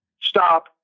Stop